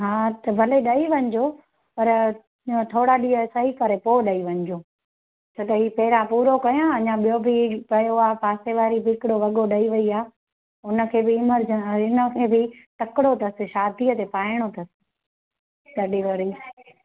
हा त भले ॾेई वञिजो पर ईअं थोरा ॾींहं सही करे पोइ ॾेई वञिजो त ॾेई पहिरां पूरो कयां अञा ॿियो बि पियो आहे पासे वारे बि हिकिड़ो वॻो ॾेई वई आहे हुनखे बि एमरज अ हिनखे बि तकिड़ो अथसि शादीअ ते पायणो अथसि तॾहिं वरी